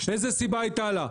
איזה סיבה הייתה לה?